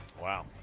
Wow